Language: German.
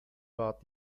war